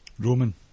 Roman